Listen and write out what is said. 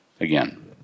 again